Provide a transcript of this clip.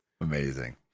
amazing